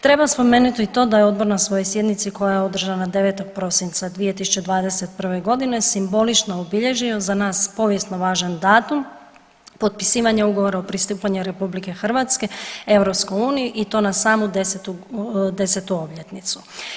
Treba spomenuti i to da je odbor na svojoj sjednici koja je održana 9. prosinca 2021.g. simbolično obilježio za nas povijesno važan datum, potpisivanje ugovora o pristupanju RH EU i to na samu 10., 10. obljetnicu.